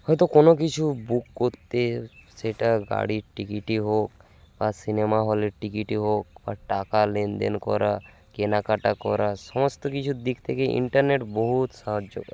হয়তো কোনো কিছু বুক করতে সেটা গাড়ির টিকিটই হোক বা সিনেমা হলের টিকিটই হোক বা টাকা লেনদেন করা কেনাকাটা করা সমস্ত কিছুর দিক থেকে ইন্টারনেট বহুত সাহায্য করে